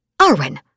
Arwen